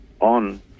on